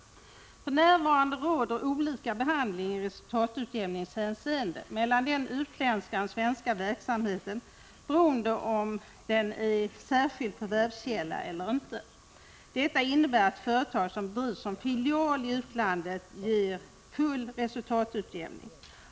För närvarande råder olika behandling i resultatutjämningshänseende mellan den utländska och den svenska verksamheten, beroende på om den utländska verksamheten är särskild förvärvskälla eller inte. Detta innebär att företag som bedrivs som filial i utlandet ger upphov till full resultatutjämning.